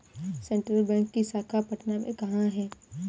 Central bank की शाखा पटना में कहाँ है?